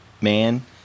man